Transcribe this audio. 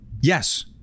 yes